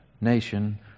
nation